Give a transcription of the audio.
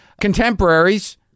contemporaries